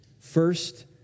First